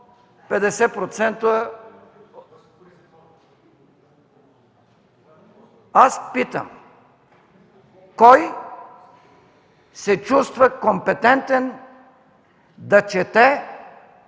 Иванов.) Аз питам: кой се чувства компетентен да чете